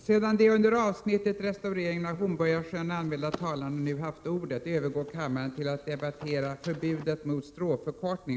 Sedan de under avsnittet Restaureringen av Hornborgasjön anmälda talarna nu haft ordet övergår kammaren till att debattera Förbudet mot stråförkortning.